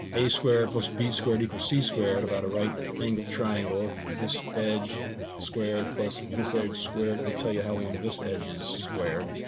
a squared plus b squared equals c squared about a right angle triangle. this edge squared plus this edge squared will tell you how long this edge is squared.